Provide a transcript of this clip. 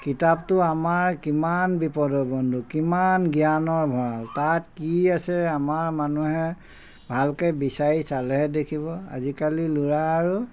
কিতাপটো আমাৰ কিমান বিপদৰ বন্ধু কিমান জ্ঞানৰ ভঁৰাল তাত কি আছে আমাৰ মানুহে ভালকৈ বিচাৰি চালেহে দেখিব আজিকালি ল'ৰা আৰু